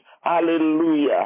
Hallelujah